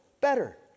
better